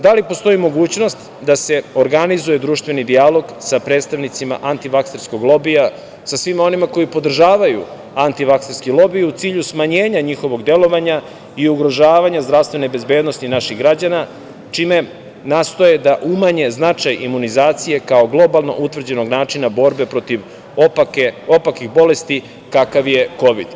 Da li postoji mogućnost da se organizuje društveni dijalog sa predstavnicima antivakserskog lobija, sa svima onima koji podržavaju antivaserski lobi u cilju smanjenja njihovog delovanja i ugrožavanja zdravstvene bezbednosti naših građana, čime nastoje da umanje značaj imunizacije kao globalno utvrđenog načina borbe protiv opakih bolesti kakav je kovid?